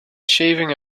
shaving